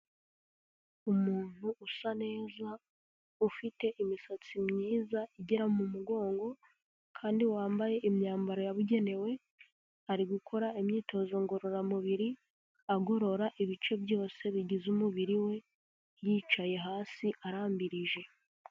Umuntu usa neza ufite imisatsi myiza igera mu mugongo kandi wambaye imyambaro yabugenewe, ari gukora imyitozo ngororamubiri agorora ibice byose bigize umubiri we yicaye hasi arambirije.